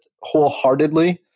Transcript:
wholeheartedly